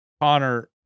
Connor